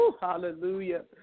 Hallelujah